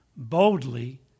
Boldly